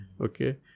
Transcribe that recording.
okay